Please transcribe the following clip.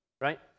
Right